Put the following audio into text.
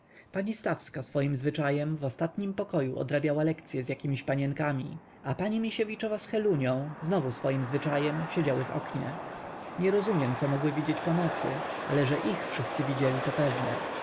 pani stawska swoim zwyczajem w ostatnim pokoju odrabiała lekcye z jakiemiś panienkami a pani misiewiczowa z helunią znowu swoim zwyczajem siedziały w oknie nie rozumiem co mogły widzieć po nocy ale że ich wszyscy widzieli to pewne